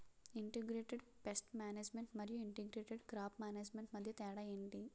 integrated pest management మరియు integrated crop management మధ్య తేడా ఏంటి